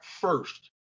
first